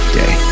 day